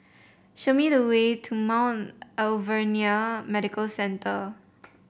show me the way to Mount Alvernia Medical Centre